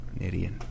idiot